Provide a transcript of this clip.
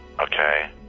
okay